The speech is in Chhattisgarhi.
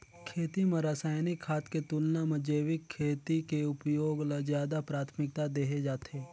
खेती म रसायनिक खाद के तुलना म जैविक खेती के उपयोग ल ज्यादा प्राथमिकता देहे जाथे